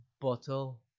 bottle